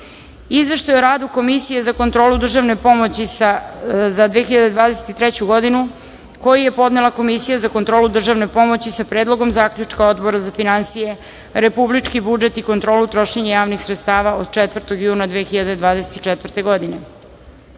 Izveštaj o radu Komisije za kontrolu državne pomoći za 2023. godinu, koji je podnela Komisija za kontrolu državne pomoći, sa Predlogom zaključka Odbora za finansije, republički budžet i kontrolu trošenja javnih sredstava od 4. juna 2024. godine;42.